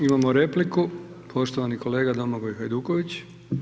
Imamo repliku, poštovani kolega Domagoj Hajduković.